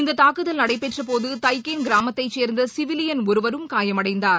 இந்ததாக்குதல் நடைபெற்றபோதுதைகேன் கிராமத்தைசேர்ந்தசிவிலியன் ஒருவரும் காயமடைந்தார்